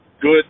good